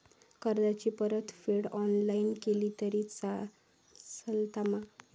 कर्जाची परतफेड ऑनलाइन केली तरी चलता मा?